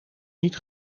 niet